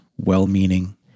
well-meaning